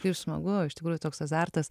kaip smagu iš tikrųjų toks azartas